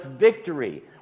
victory